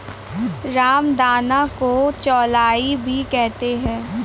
रामदाना को चौलाई भी कहते हैं